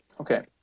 Okay